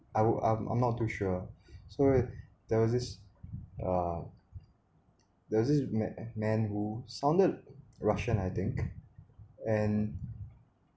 I'm I'm I'm not too sure so there was this uh there was this m~ man who sounded russian I think and